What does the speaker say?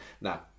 Now